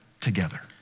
together